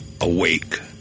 awake